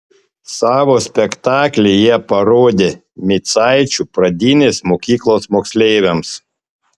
savo spektaklį jie parodė micaičių pradinės mokyklos moksleiviams